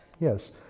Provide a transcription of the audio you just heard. Yes